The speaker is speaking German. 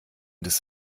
des